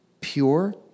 pure